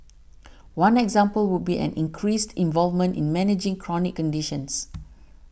one example would be an increased involvement in managing chronic conditions